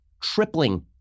tripling